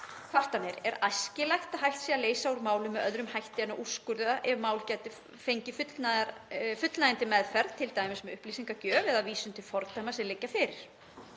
kvartanir er æskilegt að hægt sé að leysa úr málum með öðrum hætti en að úrskurða ef mál geta fengið fullnægjandi meðferð, t.d. með upplýsingagjöf eða vísun til fordæma sem liggja fyrir.